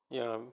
ya